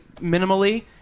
minimally